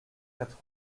quatre